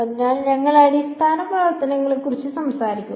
അതിനാൽ ഞങ്ങൾ അടിസ്ഥാന പ്രവർത്തനങ്ങളെക്കുറിച്ച് സംസാരിക്കും